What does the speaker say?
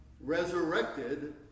resurrected